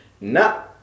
Nah